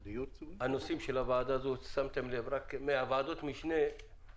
מי בעד הקמת שתי ועדות המשנה?